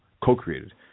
co-created